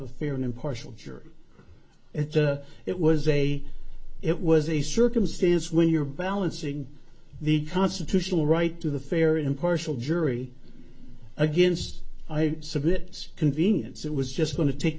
and impartial jury it's a it was a it was a circumstance when you're balancing the constitutional right to the fair impartial jury against i submit convenience it was just going to take